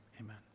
amen